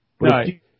Right